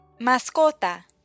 Mascota